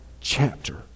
chapter